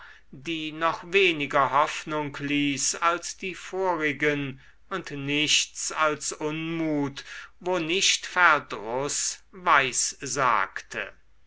die noch weniger hoffnung ließ als die vorigen und nichts als unmut wo nicht verdruß